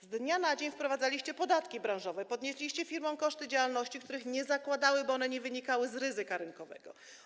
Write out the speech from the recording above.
Z dnia na dzień wprowadzaliście podatki branżowe, podnieśliście firmom koszty działalności, których nie zakładały, bo one nie wynikały z ryzyka rynkowego.